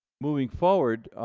moving forward,